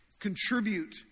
contribute